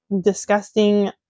disgusting